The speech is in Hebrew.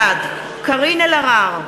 בעד קארין אלהרר,